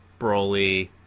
Broly